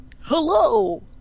Hello